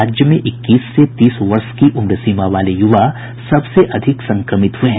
राज्य में इक्कीस से तीस वर्ष की उम्र सीमा वाले युवा सबसे अधिक संक्रमित हुये हैं